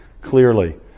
clearly